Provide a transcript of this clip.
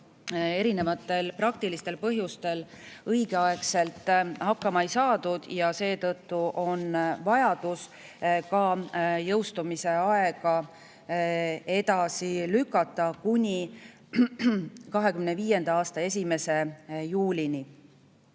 erinevatel praktilistel põhjustel õigeaegselt hakkama ei saadud ja seetõttu on vaja ka [eelnõu] jõustumise aeg edasi lükata 2025. aasta 1. juulini.